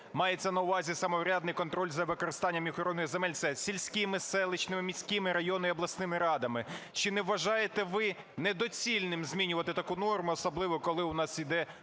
Мається на увазі самоврядний контроль за використанням і охороню земель – це сільськими, селищними, міськими, районними і обласними радами. Чи не вважаєте ви недоцільним змінювати таку норму, особливо коли у нас іде